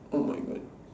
oh my god